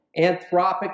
Anthropic